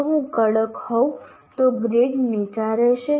જો હું કડક હોઉં તો ગ્રેડ નીચા રહેશે